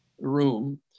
room